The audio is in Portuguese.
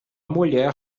mulher